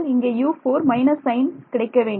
இங்கே U4 minus sign கிடைக்க வேண்டும்